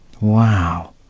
wow